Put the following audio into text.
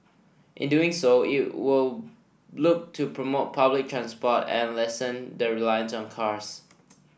in doing so it will look to promote public transport and lessen the reliance on cars